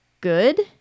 good